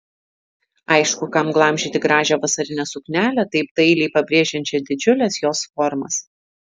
aišku kam glamžyti gražią vasarinę suknelę taip dailiai pabrėžiančią didžiules jos formas